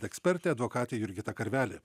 ekspertė advokatė jurgita karveli